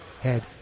head